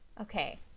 okay